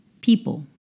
people